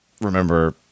remember